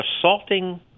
assaulting